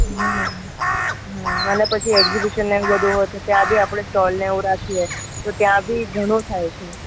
હમ્મ હમ્મ અને પછી એક્સિબિઝન ને એવું બધું હોય તો ત્યાં બી આપણે સ્ટોલ ને એવું રાખીએ તો ત્યાં બી ઘણો થાય છે